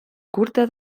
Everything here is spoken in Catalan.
curta